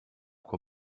will